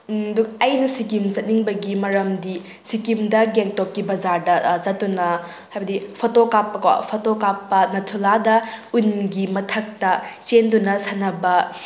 ꯑꯗꯨ ꯑꯩꯅ ꯁꯤꯀꯤꯝ ꯆꯠꯅꯤꯡꯕꯒꯤ ꯃꯔꯝꯗꯤ ꯁꯤꯀꯤꯝꯗ ꯒꯦꯡꯇꯣꯛꯀꯤ ꯕꯖꯥꯔꯗ ꯆꯠꯇꯨꯅ ꯍꯥꯏꯕꯗꯤ ꯐꯣꯇꯣ ꯀꯥꯞꯄꯀꯣ ꯐꯣꯇꯣ ꯀꯥꯞꯄ ꯅꯥꯊꯨꯂꯥꯗ ꯎꯟꯒꯤ ꯃꯊꯛꯇ ꯆꯦꯟꯗꯨꯅ ꯁꯥꯟꯅꯕ